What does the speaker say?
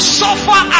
suffer